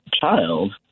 child